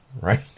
right